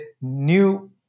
new